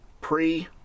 pre